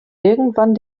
irgendwann